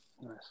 Nice